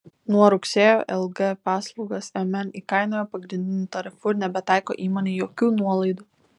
nuo rugsėjo lg paslaugas mn įkainojo pagrindiniu tarifu ir nebetaiko įmonei jokių nuolaidų